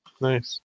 Nice